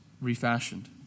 refashioned